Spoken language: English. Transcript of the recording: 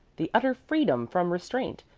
the utter freedom from restraint,